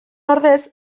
ordez